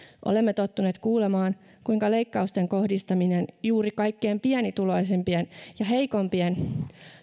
olemme tottuneet kuulemaan kuinka leikkausten kohdistaminen juuri kaikkein pienituloisimpien ja heikoimpien